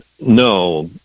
no